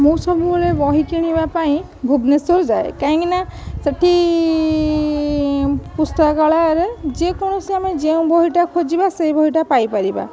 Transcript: ମୁଁ ସବୁବେଳେ ବହି କିଣିବା ପାଇଁ ଭୁବନେଶ୍ୱର ଯାଏ କାହିଁକି ନା ସେଇଠି ପୁସ୍ତକାଳୟରେ ଯେକୌଣସି ଆମେ ଯେଉଁ ବହିଟା ଖୋଜିବା ସେହି ବହିଟା ପାଇପାରିବା